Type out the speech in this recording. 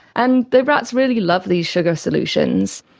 and the rats really love these sugar solutions.